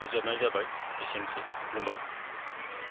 फोजोबनाय जाबाय एसेनोसै खुलुमबाय